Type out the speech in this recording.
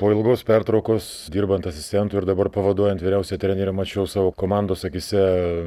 po ilgos pertraukos dirbant asistentu ir dabar pavaduojant vyriausią trenerį mačiau savo komandos akyse